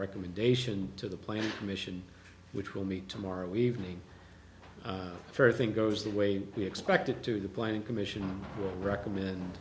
recommendation to the planning commission which will meet tomorrow evening first thing goes the way we expect it to the planning commission will recommend